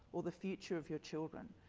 what the future of your children.